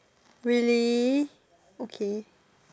really okay